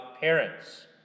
parents